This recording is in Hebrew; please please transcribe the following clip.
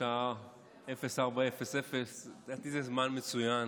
השעה 04:00, לדעתי זה זמן מצוין